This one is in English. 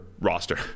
roster